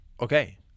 okay